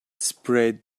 spread